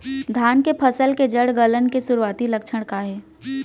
धान के फसल के जड़ गलन के शुरुआती लक्षण का हे?